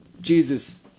Jesus